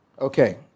Okay